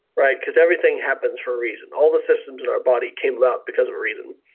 right? because everything happens for a reason. all the systems in our body came about because of a reason.